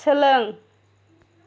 सोलों